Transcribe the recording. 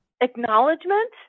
acknowledgement